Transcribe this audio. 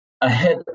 ahead